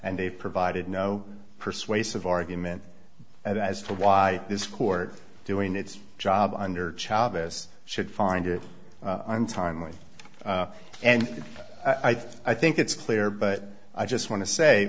and they've provided no persuasive argument as to why this court doing its job under child this should find it untimely and i think it's clear but i just want to say